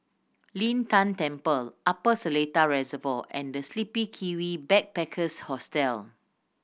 Lin Tan Temple Upper Seletar Reservoir and The Sleepy Kiwi Backpackers Hostel